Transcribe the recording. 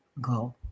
go